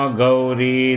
Gauri